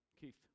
Keith